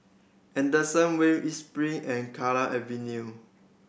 Henderson Wave East Spring and Kallang Avenue